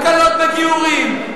הקלות בגיורים,